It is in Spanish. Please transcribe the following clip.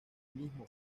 mismo